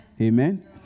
Amen